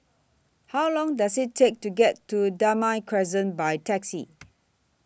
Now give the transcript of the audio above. How Long Does IT Take to get to Damai Crescent By Taxi